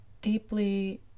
deeply